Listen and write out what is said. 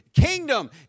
kingdom